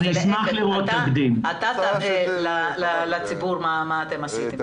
אתה תראה לציבור מה אתם עשיתם.